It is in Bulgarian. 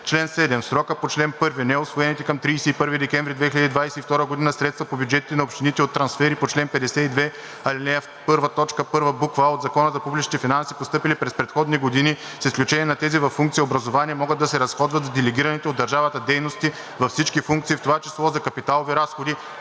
„Чл. 7. В срока по чл. 1 неусвоените към 31 декември 2022 г. средства по бюджетите на общините от трансфери по чл. 52, ал. 1, т. 1, буква „а“ от Закона за публичните финанси, постъпили през предходни години, с изключение на тези във функция „Образование“, могат да се разходват за делегираните от държавата дейности във всички функции, в т.ч. за капиталови разходи,